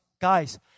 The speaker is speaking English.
guys